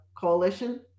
coalition